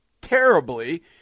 terribly –